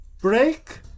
break